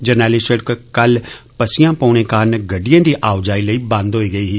जरनैली सिड़क कल्ल पस्स्यां पौने कारण गड्डिएं दी आओजाई लेई बंद होई गेई ही